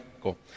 Cool